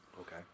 Okay